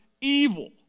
evil